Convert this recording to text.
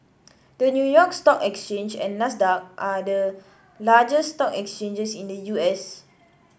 the New York Stock Exchange and Nasdaq are the largest stock exchanges in the U S